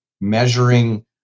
measuring